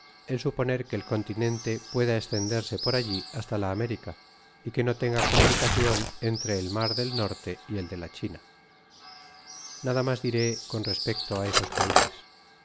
el suponer que el continente pueda entenderse por alli hasta la américa y que no tenga comunicacion entre el mar del norte y el de la china nada mas diré con respecto á esosjpaises